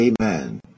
amen